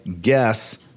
guess